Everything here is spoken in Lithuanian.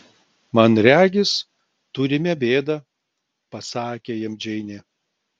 man regis turime bėdą pasakė jam džeinė